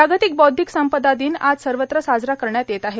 जागतिक बौद्धिक संपदा दिन आज सर्वत्र साजरा करण्यात येत आहे